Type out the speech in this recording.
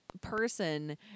person